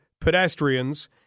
pedestrians